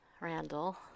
Randall